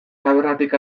tabernatik